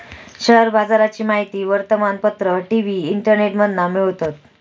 share बाजाराची माहिती वर्तमानपत्र, टी.वी, इंटरनेटमधना मिळवतत